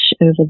over